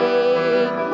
Take